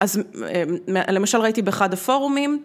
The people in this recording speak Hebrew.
אז למשל ראיתי באחד הפורומים.